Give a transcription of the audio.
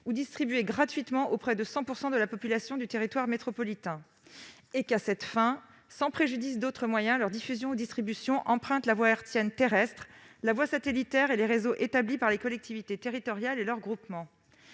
ou distribués gratuitement auprès de 100 % de la population du territoire métropolitain » et que, « à cette fin, sans préjudice d'autres moyens, leur diffusion ou distribution emprunte la voie hertzienne terrestre, la voie satellitaire et les réseaux établis par les collectivités territoriales et leurs groupements.